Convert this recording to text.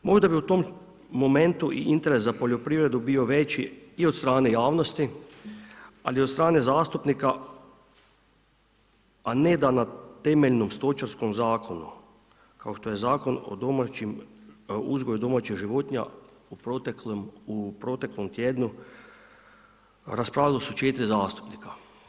Možda bi u tom momentu i interes za poljoprivredu bio veći i od strane javnosti ali i od strane zastupnika a ne da na temeljnom stočarskom zakonu kao što je Zakon o uzgoju domaćih životinja u proteklom tjednu raspravljala su 4 zastupnika.